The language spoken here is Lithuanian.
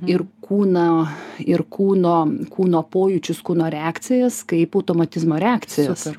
ir kūną ir kūno kūno pojūčius kūno reakcijas kaip automatizmo reakcijas